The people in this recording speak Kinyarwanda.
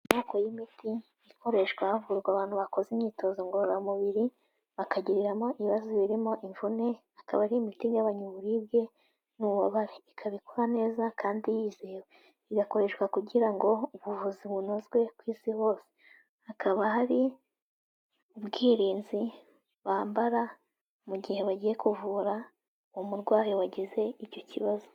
Amoko y'imiti ikoreshwa havurwa abantu bakora imyitozo ngororamubiri, bakagiriramo ibibazo birimo imvune, akaba ari imiti igabanya uburibwe n'ubabare. Ikaba ikora neza kandi yizewe. Igakoreshwa kugira ngo ubuvuzi bunozwe ku isi hose. Hakaba hari ubwirinzi bambara mu gihe bagiye kuvura uwo umurwayi wagize icyo kibazo.